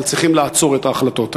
אבל צריכים לעצור את ההחלטות האלה.